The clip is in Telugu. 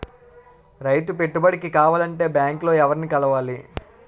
రైతు పెట్టుబడికి కావాలంటే బ్యాంక్ లో ఎవరిని కలవాలి?